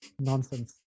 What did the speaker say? nonsense